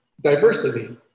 diversity